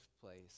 place